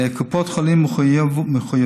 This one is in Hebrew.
קופות החולים מחויבות